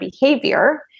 behavior